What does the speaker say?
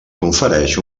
confereix